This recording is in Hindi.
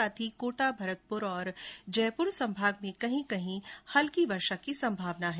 साथ ही कोटा भरतपुर और जयपुर संभाग में कहीं कहीं हल्की वर्षा की संभावना है